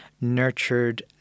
nurtured